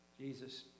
Jesus